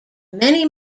many